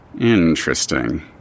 Interesting